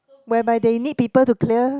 whereby they need people to clear